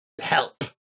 help